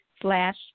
slash